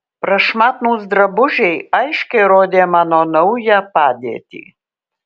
prašmatnūs drabužiai aiškiai rodė mano naują padėtį